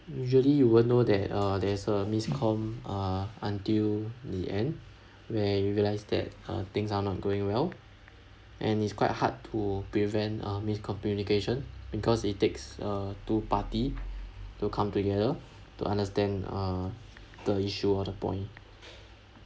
usually you won't know that uh there's a miss comm~ uh until the end where you realise that uh things are not going well and it's quite hard to prevent uh miscommunication because it takes uh two party to come together to understand uh the issue or the point